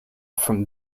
from